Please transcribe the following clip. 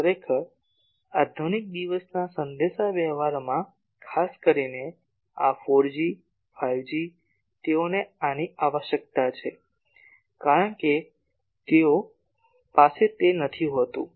ખરેખર આધુનિક દિવસના સંદેશાવ્યવહારમાં ખાસ કરીને આ 4 જી 5 જી તેઓને આની આવશ્યકતા છે કારણ કે તેઓ પાસે તે નથી હોતું